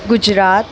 Gujarat